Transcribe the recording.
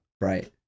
Right